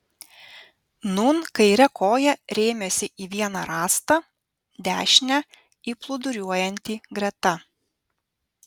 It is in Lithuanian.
nūn kaire koja rėmėsi į vieną rąstą dešine į plūduriuojantį greta